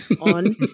on